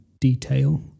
detail